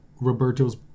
Roberto's